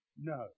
No